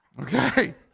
Okay